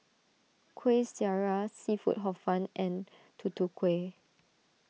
Kueh Syara Seafood Hor Fun and Tutu Kueh